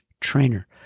trainer